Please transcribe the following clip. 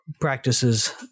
practices